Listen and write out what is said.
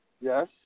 Yes